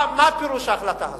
מה פירוש ההחלטה הזאת?